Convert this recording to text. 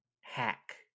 hack